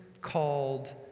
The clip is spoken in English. called